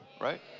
right